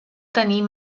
tenir